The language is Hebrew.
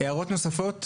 הערות נוספות?